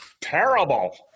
terrible